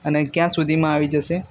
અને ક્યાં સુધીમાં આવી જશે